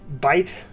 bite